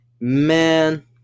Man